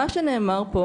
מה שנאמר פה